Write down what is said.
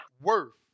worth